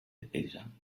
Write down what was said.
deprisa